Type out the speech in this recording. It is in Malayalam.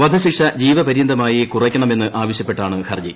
വധശിക്ഷ ജീവപര്യന്തമായി കുറയ്ക്കണമെന്ന് ആവശ്യപ്പെട്ടാണ് ഹർജി